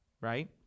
right